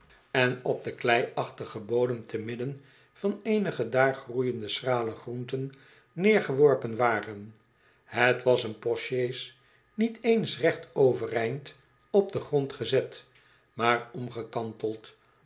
en op don kleiachtigen een reiziger die geen handel drijft bodera te midden van eenige daar groeiende schrale groenten neergeworpen waren het was een postsjees niet eens recht overeind op den grond gezet maar omgekanteld